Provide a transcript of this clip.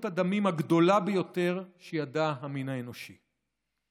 הדמים הגדולה ביותר שידע המין האנושי.